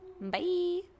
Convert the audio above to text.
Bye